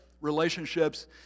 relationships